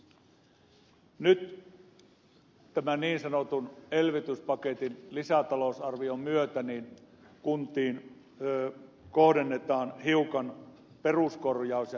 nyt tämän niin sanotun elvytyspaketin lisätalousarvion myötä kuntiin kohdennetaan hiukan peruskorjaus ja investointirahoja